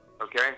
okay